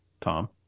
Tom